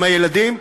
עם הילדים?